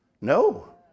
No